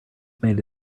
made